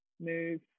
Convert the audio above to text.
move